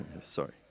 sorry